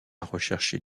rechercher